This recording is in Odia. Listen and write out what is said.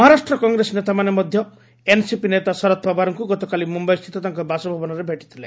ମହାରାଷ୍ଟ୍ର କଂଗ୍ରେସ ନେତାମାନେ ମଧ୍ୟ ଏନ୍ସିପି ନେତା ଶରଦ ପାୱାରଙ୍କୁ ଗତକାଲି ମୁମ୍ୟାଇ ସ୍ଥିତ ତାଙ୍କ ବାସଭବନରେ ଭେଟିଥିଲେ